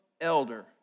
elder